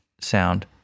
sound